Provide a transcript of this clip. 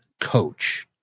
coach